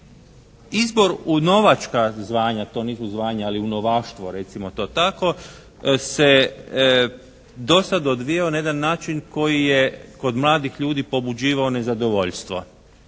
Izbor u novačka zvanja, to nisu zvanja ali u novaštvo, recimo to tako, se do sada odvijao na jedan način koji je kod mladih ljudi pobuđivao nezadovoljstvo.